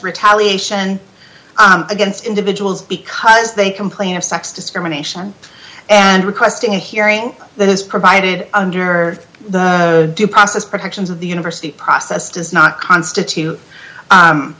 retaliation against individuals because they complain of sex discrimination and requesting a hearing that is provided under the due process protections of the university process does not constitute